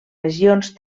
regions